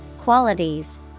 qualities